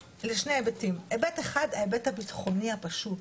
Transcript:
היבט אחד, ההיבט הביטחוני הפשוט.